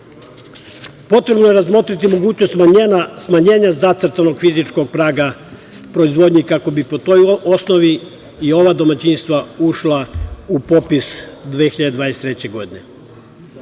Potrebno je razmotriti mogućnost smanjenja zacrtanog fizičkog praga proizvodnje, kako bi po toj osnovi i ova domaćinstva ušla u popis 2023. godine.U